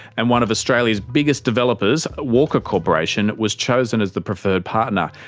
and one of australia's biggest developers, walker corporation, was chosen as the preferred partner.